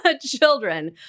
children